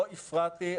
לא הפרעתי.